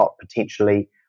potentially